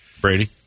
Brady